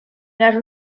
las